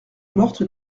morte